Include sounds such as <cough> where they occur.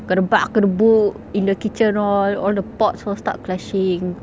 <noise> in the kitchen all all the pots all start clashing